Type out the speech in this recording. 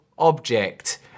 object